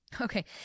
okay